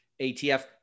ATF